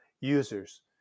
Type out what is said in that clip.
users